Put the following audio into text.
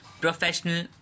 professional